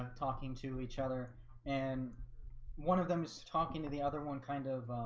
um talking to each other and one of them is talking to the other one kind of